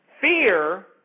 Fear